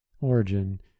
origin